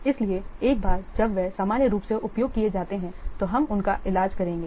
इसलिए एक बार जब वे सामान्य रूप से उपयोग किए जाते हैं तो हम उनका इलाज करेंगे